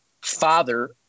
father